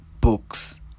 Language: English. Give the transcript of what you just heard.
books